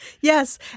Yes